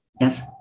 Yes